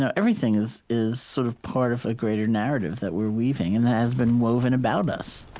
so everything is is sort of part of a greater narrative that we're weaving and that has been woven about us